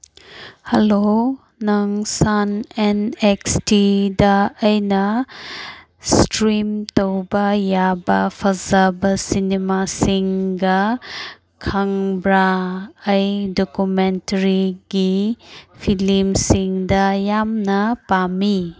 hello ꯅꯪ Sun N X ꯇꯤꯗ ꯑꯩꯅ ꯏꯁꯇ꯭ꯔꯤꯝ ꯇꯧꯕ ꯌꯥꯕ ꯐꯖꯕ ꯁꯤꯅꯤꯃꯥꯁꯤꯡꯒ ꯈꯪꯕ꯭ꯔ ꯑꯩ ꯗꯣꯀꯨꯃꯦꯟꯇ꯭ꯔꯤꯒꯤ ꯐꯤꯂꯤꯝꯁꯤꯡꯗ ꯌꯥꯝꯅ ꯄꯥꯝꯃꯤ